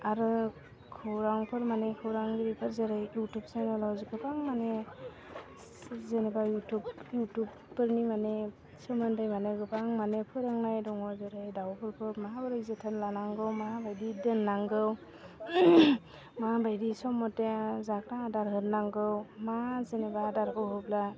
आरो खौरांफोर माने खौरांगिरिफोर जेरै इउटुब चेनेलाव गोबां माने जेनेबा इउटुब इउटुबफोरनि माने सोमोन्दै माने गोबां माने फोरोंनाय दङ जेरै दाउफोरखौ माबोरै जोथोन लानांगौ माबायदि दोन्नांगौ माबायदि सम मथे जाग्रा आदार होनांगौ मा जेनेबा आदारखौ होब्ला